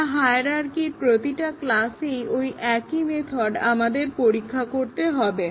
না হায়ারার্কির প্রতিটা ক্লাসেই ঐ একই মেথড আমাদের পরীক্ষা করতে হবে